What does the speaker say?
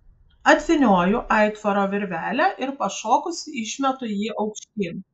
atvynioju aitvaro virvelę ir pašokusi išmetu jį aukštyn